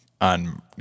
on